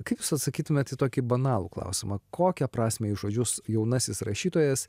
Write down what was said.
kaip jūs atsakytumėt į tokį banalų klausimą kokią prasmę į žodžius jaunasis rašytojas